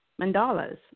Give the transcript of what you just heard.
mandalas